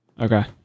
Okay